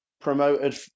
promoted